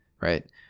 right